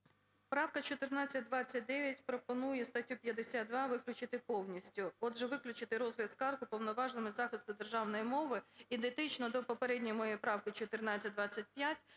Правка 1429 пропонує статтю 52 виключити повністю, отже, виключити "Розгляд скарг Уповноваженим із захисту державної мови". Ідентично до попередньої моєї правки 1425,